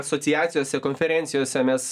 asociacijos konferencijose mes